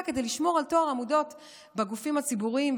כדי לשמור על טוהר המידות בגופים הציבוריים.